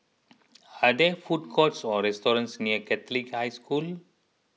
are there food courts or restaurants near Catholic High School